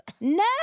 No